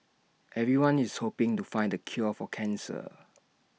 everyone is hoping to find the cure for cancer